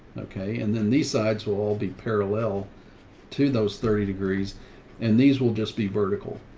okay. and then these sides will all be parallel to those thirty degrees and these will just be vertical.